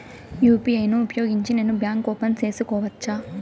UPI ను ఉపయోగించి నేను బ్యాంకు ఓపెన్ సేసుకోవచ్చా?